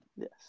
Yes